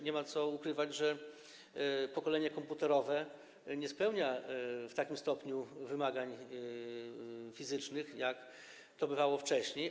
Nie ma co ukrywać, że pokolenie komputerowe nie spełnia w takim stopniu wymagań fizycznych jak to bywało wcześniej.